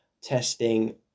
testing